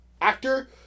actor